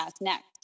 next